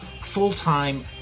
full-time